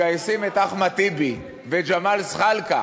מגייסים את אחמד טיבי וג'מאל זחאלקה